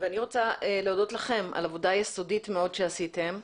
אני רוצה להודות לכם על עבודה יסודית מאוד שעשיתם.